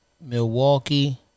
milwaukee